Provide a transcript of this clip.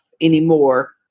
anymore